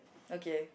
okay